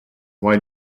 why